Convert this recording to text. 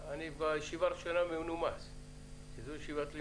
בישיבה הראשונה אני מנומס וזו ישיבת לימוד.